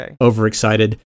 overexcited